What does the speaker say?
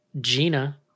Gina